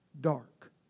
dark